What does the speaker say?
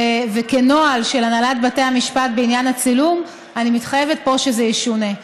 וכנוהל של הנהלת בתי המשפט בעניין הצילום אני מתחייבת פה שזה ישונה.